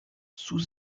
sous